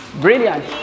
Brilliant